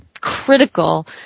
critical